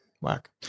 Work